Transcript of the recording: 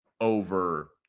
over